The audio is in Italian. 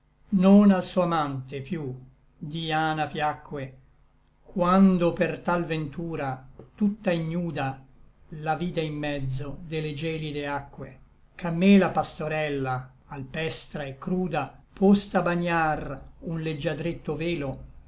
non al suo amante piú dïana piacque quando per tal ventura tutta ignuda la vide in mezzo de le gelide acque ch'a me la pastorella alpestra et cruda posta a bagnar un leggiadretto velo